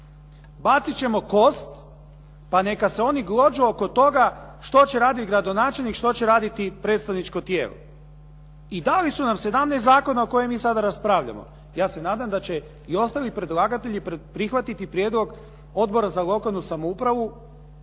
Bacit ćemo kost, pa neka se oni glođu oko toga što će raditi gradonačelnik, što će raditi predstavničko tijelo. I dali su nam 17 zakona o kojima mi sada raspravljamo. Ja se nadam da će i ostali predlagatelji prihvatiti prijedlog Odbora za lokalnu samoupravu